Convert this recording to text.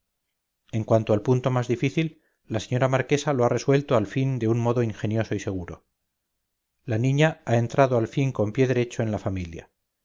en cuanto al punto más difícil la señora marquesa lo ha resuelto al fin de un modo ingenioso y seguro la niña ha entrado al fin con pie derecho en la familia